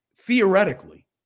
theoretically